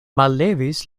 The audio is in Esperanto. mallevis